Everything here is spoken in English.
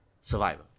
survivor